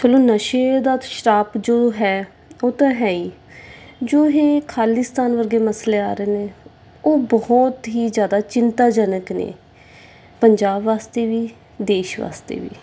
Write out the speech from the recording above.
ਚਲੋ ਨਸ਼ੇ ਦਾ ਸ਼ਰਾਪ ਜੋ ਹੈ ਉਹ ਤਾਂ ਹੈ ਹੀ ਜੋ ਇਹ ਖਾਲਿਸਤਾਨ ਵਰਗੇ ਮਸਲੇ ਆ ਰਹੇ ਨੇ ਉਹ ਬਹੁਤ ਹੀ ਜ਼ਿਆਦਾ ਚਿੰਤਾਜਨਕ ਨੇ ਪੰਜਾਬ ਵਾਸਤੇ ਵੀ ਦੇਸ਼ ਵਾਸਤੇ ਵੀ